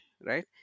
right